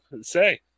say